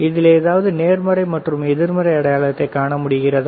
இதில் ஏதாவது நேர்மறை அல்லது எதிர்மறை அடையாளத்தைக் காண முடிகிறதா